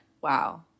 wow